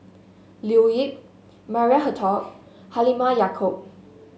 Leo Yip Maria Hertogh Halimah Yacob